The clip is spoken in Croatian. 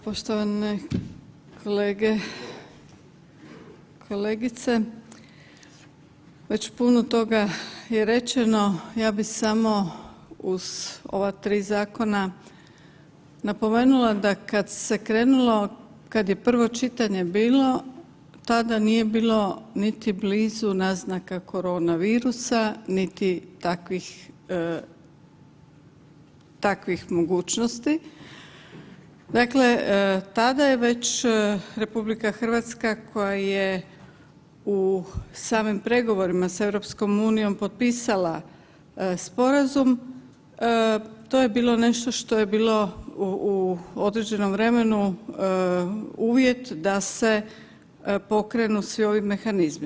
Evo poštovane kolege, kolegice, već puno toga je rečeno ja bi samo uz ova 3 zakona napomenula da kad se krenulo kad je prvo čitanje bilo tada nije bilo niti blizu naznaka korona virusa, niti takvih mogućnosti, dakle tada je već RH koja je u samim pregovorima sa EU potpisala sporazum to je bilo nešto što je bilo u određenom vremenu uvjet da se pokrenu svi ovi mehanizmi.